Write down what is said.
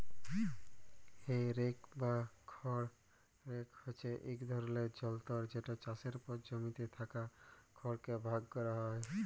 হে rake বা খড় rake হছে ইক ধরলের যলতর যেট চাষের পর জমিতে থ্যাকা খড়কে ভাগ ক্যরা হ্যয়